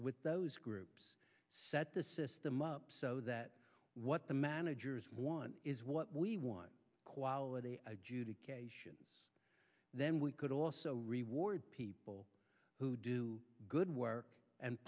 with those groups set the system up so that what the managers want is what we want quality adjudication then we could also reward people who do good work and